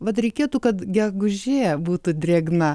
vat reikėtų kad gegužė būtų drėgna